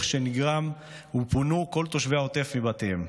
שנגרם ופונו כל תושבי העוטף מבתיהם.